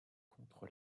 contre